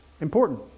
important